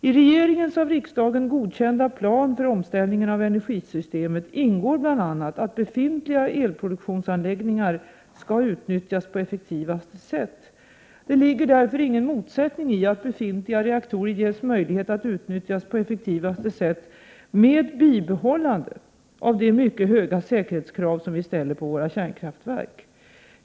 I regeringens av riksdagen godkända plan för omställningen av energisystemet ingår bl.a. att befintliga elproduktionsanläggningar skall utnyttjas på effektivaste sätt. Det ligger därför ingen motsättning i att befintliga reaktorer ges möjlighet att utnyttjas på effektivaste sätt med bibehållande av de mycket höga säkerhetskrav som vi ställer på våra kärnkraftverk.